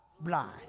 blind